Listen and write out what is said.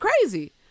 crazy